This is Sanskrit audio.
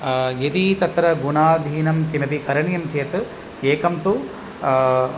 यदि तत्र गुणाधीनं किमपि करणीयं चेत् एकं तु